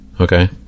Okay